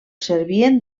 servien